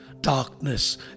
Darkness